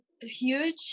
huge